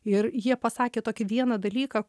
ir jie pasakė tokį vieną dalyką